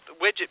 widget